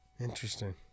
Interesting